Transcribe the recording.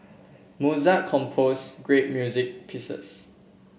Mozart compose great music pieces